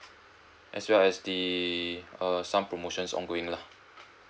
as well as the err some promotions ongoing lah